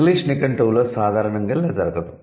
English నిఘంటువులో సాధారణంగా ఇలా జరగదు